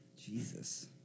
Jesus